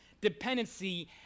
dependency